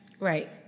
Right